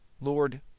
Lord